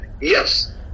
yes